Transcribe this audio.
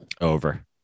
Over